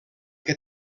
que